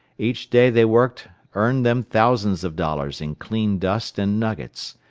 each day they worked earned them thousands of dollars in clean dust and nuggets,